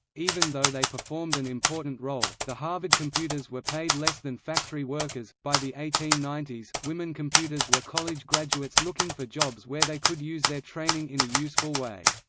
even though they performed an important role, the harvard computers were paid less than factory workers by the eighteen ninety s, women computers were college graduates looking for jobs where they could use their training in a useful way.